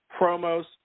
promos